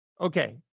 Okay